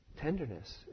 tenderness